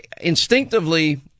instinctively